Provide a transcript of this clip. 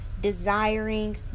desiring